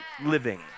living